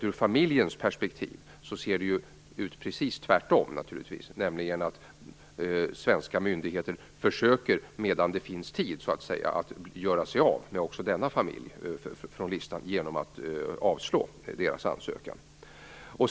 Ur familjens perspektiv ser det ut precis tvärtom, nämligen att svenska myndigheter medan det så att säga finns tid försöker att göra sig av med också denna familj genom att avslå deras ansökan.